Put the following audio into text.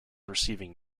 receiving